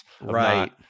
Right